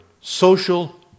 Social